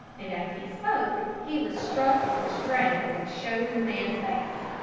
and as he spoke he was struck with the strain which showed in the man's face.